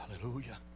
hallelujah